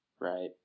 Right